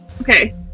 Okay